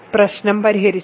പ്രശ്നം പരിഹരിച്ചു